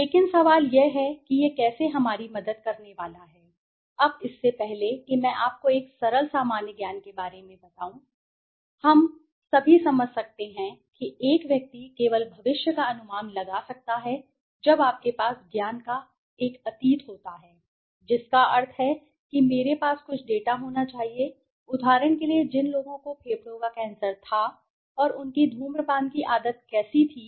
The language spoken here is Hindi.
लेकिन सवाल यह है कि यह कैसे हमारी मदद करने वाला है अब इससे पहले कि मैं आपको एक सरल सामान्य ज्ञान के साथ बताऊं हम सभी समझ सकते हैं कि एक व्यक्ति केवल भविष्य का अनुमान लगा सकता है जब आपके पास ज्ञान का एक अतीत होता है जिसका अर्थ है कि मेरे पास कुछ डेटा होना चाहिए उदाहरण के लिए जिन लोगों को फेफड़ों का कैंसर था और उनकी धूम्रपान की आदत कैसी थी